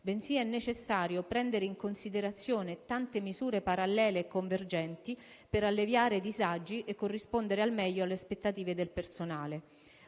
bensì è necessario prendere in considerazione tante misure parallele e convergenti per alleviare disagi e corrispondere al meglio alle aspettative del personale.